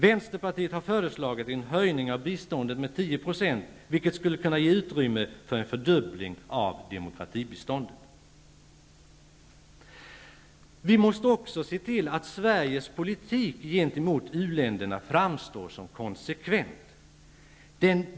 Vänsterpartiet har föreslagit en höjning av biståndet med 10 %, vilket skulle kunna ge utrymme för en fördubbling av demokratibiståndet. Vi måste också se till att Sveriges politik gentemot u-länderna framstår som konsekvent.